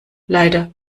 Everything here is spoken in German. leider